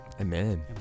Amen